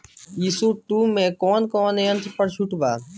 ई.सी टू मै कौने कौने यंत्र पर छुट बा?